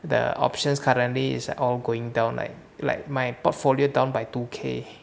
the options currently is all going down like like my portfolio down by two K